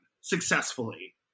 successfully